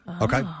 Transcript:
Okay